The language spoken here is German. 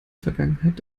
vergangenheit